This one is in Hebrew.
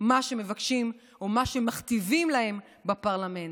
מה שמבקשים או מה שמכתיבים להם בפרלמנט.